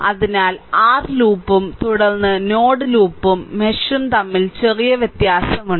അതിനാൽ r ലൂപ്പും തുടർന്ന് നോഡ് ലൂപ്പും മെഷും തമ്മിൽ ചെറിയ വ്യത്യാസമുണ്ട്